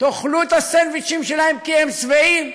תאכלו את הסנדוויצ'ים שלהם כי הם שבעים,